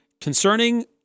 Concerning